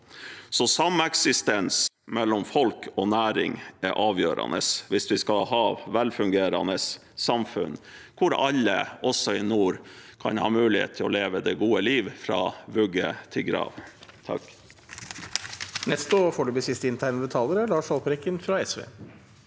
på. Sameksistens mellom folk og næring er avgjørende hvis vi skal ha velfungerende samfunn hvor alle, også i nord, kan ha mulighet til å leve det gode liv fra vugge til grav. Lars